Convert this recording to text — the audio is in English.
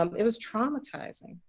um it was traumatizing.